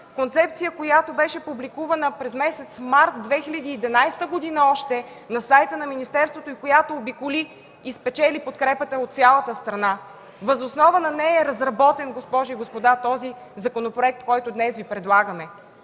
концепция, която беше публикувана още през месец март 2011 г. на сайта на министерството, и която обиколи и спечели подкрепата от цялата страна. Въз основа на нея е разработен, госпожи и господа, този законопроект, който днес Ви предлагаме.